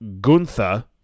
Gunther